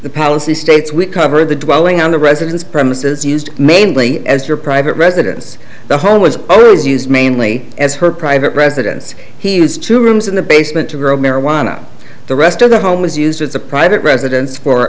the policy states we covered the dwelling on the residence premises used mainly as your private residence the home was always used mainly as her private residence he has two rooms in the basement to grow marijuana the rest of the home is used as a private residence for